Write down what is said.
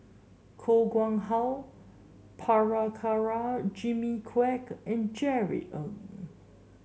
Koh Nguang How Prabhakara Jimmy Quek and Jerry Ng